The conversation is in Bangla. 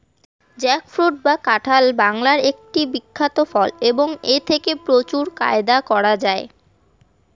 জ্যাকফ্রুট বা কাঁঠাল বাংলার একটি বিখ্যাত ফল এবং এথেকে প্রচুর ফায়দা করা য়ায়